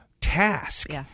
task